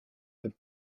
have